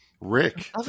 Rick